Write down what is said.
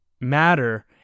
matter